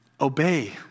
obey